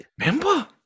Remember